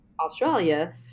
Australia